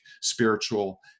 spiritual